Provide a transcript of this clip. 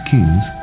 Kings